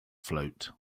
float